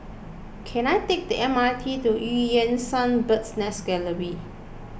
can I take the M R T to Eu Yan Sang Bird's Nest Gallery